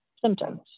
symptoms